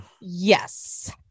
yes